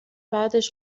بعدش